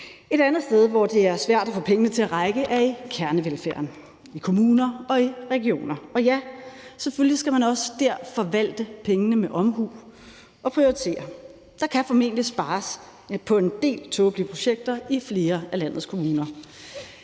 Et andet sted, hvor det er svært at få pengene til at række, er i kernevelfærden; i kommuner og regioner. Og ja, selvfølgelig skal man også dér forvalte pengene med omhu og prioritere. Der kan formentlig spares på en del tåbelige projekter i flere af landets kommuner,